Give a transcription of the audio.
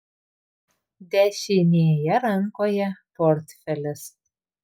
dešinėje rankoje portfelis